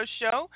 show